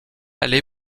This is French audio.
allée